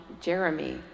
Jeremy